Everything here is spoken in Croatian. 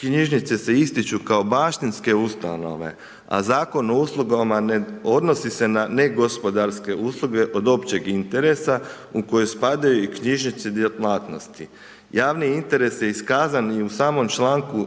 knjižnice se ističu kao baštinske ustanove a Zakon o uslugama ne odnosi se na ne gospodarske ustanove od općeg interesa u koju spadaju i knjižnične djelatnosti. Javni interes je iskazan i u samom članku